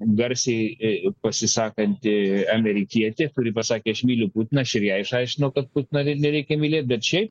garsiai pasisakanti amerikietė kuri pasakė aš myliu putiną aš ir jai išaiškinau kad putino nereikia mylėt bet šiaip